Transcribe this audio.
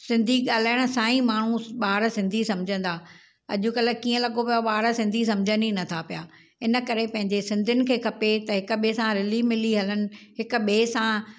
सिंधी ॻाल्हाइण सां ई माण्हू ॿार सिंधी सम्झंदा अॼुकल्ह कीअं लॻो पियो आहे ॿार सिंधी सम्झन ई नथा पिया इन करे पंहिंजे सिंधियुनि खे खपे त हिकु ॿिए सां रिली मिली हलनि हिकु ॿिए सां